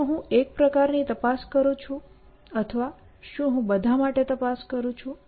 શું હું એક પ્રકારની તપાસ કરું છું અથવા શું હું બધા માટે કરું છું